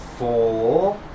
Four